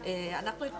דוח